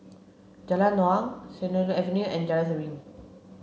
Jalan Naung Sennett Avenue and Jalan Serene